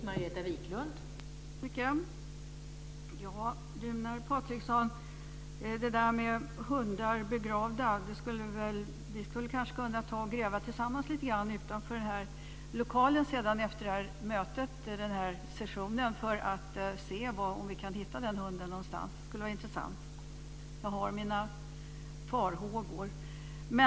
Fru talman! Runar Patriksson, när det gäller detta med begravda hundar kanske vi skulle kunna gräva tillsammans lite grann här utanför efter den här sessionen för att se om vi kan hitta hunden någonstans. Det skulle vara intressant. Jag har mina farhågor.